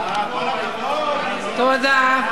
בראבו.